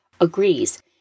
agrees